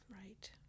Right